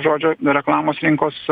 žodžio reklamos rinkos